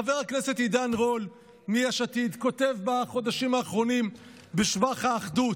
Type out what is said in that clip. חבר הכנסת עידן רול מיש עתיד כותב בחודשים האחרונים בשבח האחדות,